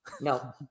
no